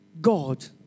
God